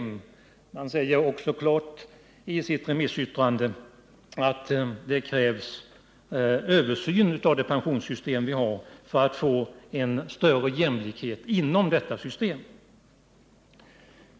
Man säger också klart i sitt remissyttrande att det krävs en översyn av det pensionssystem vi har för att få en större jämlikhet inom detta system.